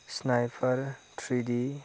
sniper three D